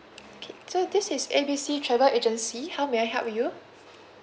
okay so this is A B C travel agency how may I help you